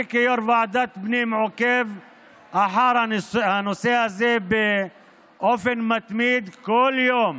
אני כיו"ר ועדת הפנים עוקב אחר הנושא הזה באופן מתמיד כל יום,